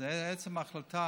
אז עצם ההחלטה